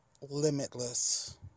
limitless